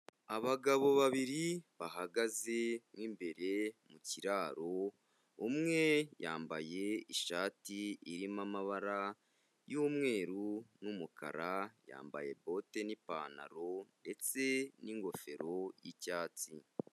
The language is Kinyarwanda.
Abagabo babiri bahagaze mo imbere mu kiraro, umwe yambaye ishati irimo amabara y'umweru n'umukara, yambaye bote n'ipantaro ndetse n'ingofero y'icyatsi.